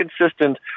consistent